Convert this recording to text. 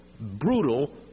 brutal